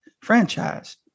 franchise